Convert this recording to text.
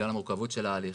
בגלל המורכבות של ההליך,